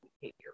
behavior